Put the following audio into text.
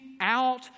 out